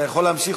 אתה יכול להמשיך,